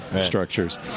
structures